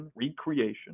recreation